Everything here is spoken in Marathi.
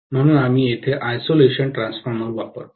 म्हणूनच आम्ही येथे आयसोलेशन ट्रान्सफॉर्मर वापरतो